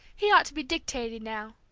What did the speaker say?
he ought to be dictating now.